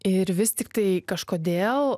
ir vis tiktai kažkodėl